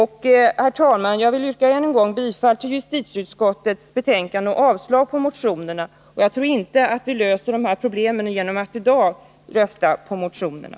Herr talman! Jag yrkar än en gång bifall till justitieutskottets hemställan och avslag på motionerna. Jag tror inte vi löser de hör problemen genom att i dag rösta för motionerna.